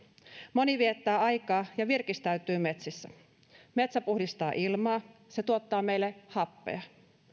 moni viettää aikaa ja virkistäytyy metsissä metsä puhdistaa ilmaa se tuottaa meille happea